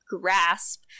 grasp